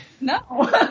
No